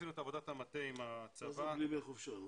מה זה בלי ימי חופשה?